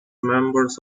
members